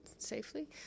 safely